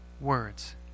words